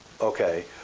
Okay